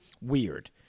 Weird